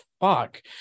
fuck